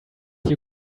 you